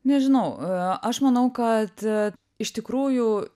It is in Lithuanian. nežinau a aš manau kad iš tikrųjų